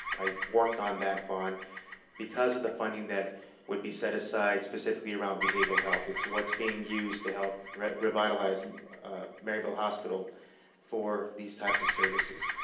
i worked on that bond because of the funding that would be set aside, specifically around behavioral health. it's what's being used to help revitalize maryvale hospital for these types of services.